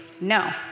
No